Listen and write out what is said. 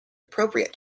appropriate